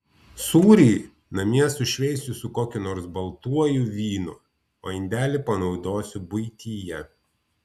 sūrį namie sušveisiu su kokiu nors baltuoju vynu o indelį panaudosiu buityje